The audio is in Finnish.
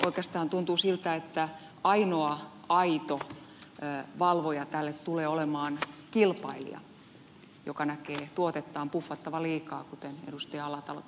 oikeastaan tuntuu siltä että ainoa aito valvoja tälle tulee olemaan kilpailija joka näkee tuotettaan puffattavan liikaa kuten ed